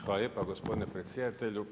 Hvala lijepa gospodine predsjedatelju.